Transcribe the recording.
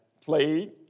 played